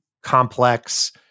complex